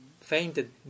fainted